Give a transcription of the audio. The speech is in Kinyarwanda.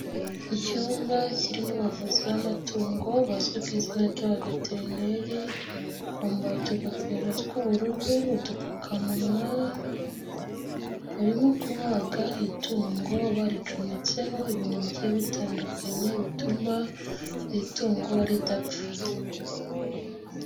Icyumba kirimo abavuzi b'amatungo bazwi ku izina ry'abaveterineri bambaye utugofero tw'ubururu, udupfukamunwa barimo kubaga itungo baricometseho ibintu bigiye bitandukanye bituma iri tungo ridapfa.